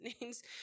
names